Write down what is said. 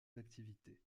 d’activité